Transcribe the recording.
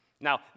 Now